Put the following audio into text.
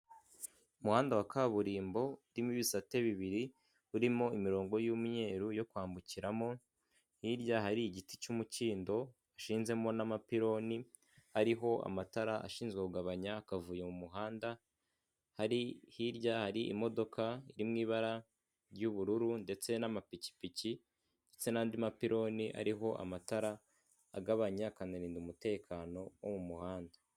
Umuhanda wa kaburimbo urimo ibisate bibiri, urimo imirongo y'imyeru yo kwambukiramo, hirya hari igiti cy'umukindo, hashinzemo n'amapironi ariho amatara ashinzwe kugabanya akavuyo mu muhanda, hirya hari imodoka iri mu ibara ry'ubururu ndetse n'amapikipiki ndetse n'andi mapironi ariho amatara agabanya, akanarinda umutekano wo mu muhanda.